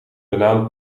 banaan